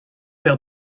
père